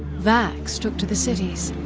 vax took to the cities,